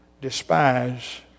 despise